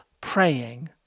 praying